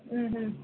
ಹ್ಞೂ ಹ್ಞೂ